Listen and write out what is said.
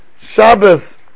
Shabbos